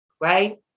right